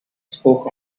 spoke